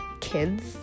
kids